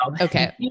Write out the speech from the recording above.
Okay